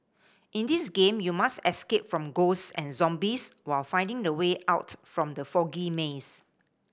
in this game you must escape from ghosts and zombies while finding the way out from the foggy maze